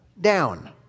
down